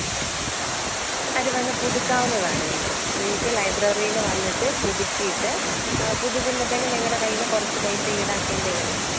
അത് വന്ന് പുതുക്കാവുന്നതാണ് നിങ്ങൾക്ക് നിങ്ങൾക്ക് ലൈബ്രറിയിൽ വന്നിട്ട് പുതുക്കിയിട്ട് പുതുക്കുമ്പോഴത്തേനും നിങ്ങളുടെ കയ്യിൽ നിന്ന് കുറച്ചു പൈസ ഇടാക്കേണ്ടി വരും